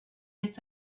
its